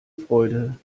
freude